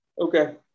Okay